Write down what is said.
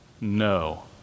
No